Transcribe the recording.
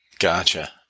Gotcha